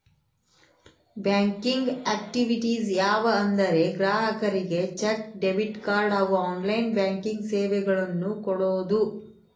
banking activities ಯಾವ ಅಂದರೆ ಗ್ರಾಹಕರಿಗೆ ಚೆಕ್, ಡೆಬಿಟ್ ಕಾರ್ಡ್ ಹಾಗೂ ಆನ್ಲೈನ್ ಬ್ಯಾಂಕಿಂಗ್ ಸೇವೆಗಳನ್ನು ಕೊಡೋದು